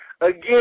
Again